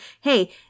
hey